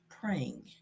praying